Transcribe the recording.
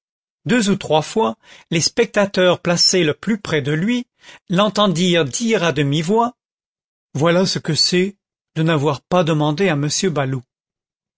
deux ou trois fois les spectateurs placés le plus près de lui l'entendirent dire à demi-voix voilà ce que c'est de n'avoir pas demandé à m baloup